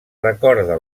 recorda